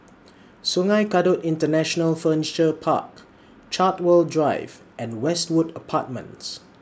Sungei Kadut International Furniture Park Chartwell Drive and Westwood Apartments